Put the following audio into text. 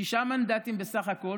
שישה מנדטים בסך הכול,